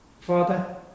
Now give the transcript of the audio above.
Father